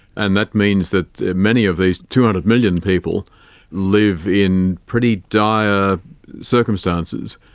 and that means that many of these two hundred million people live in pretty dire circumstances,